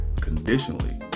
Conditionally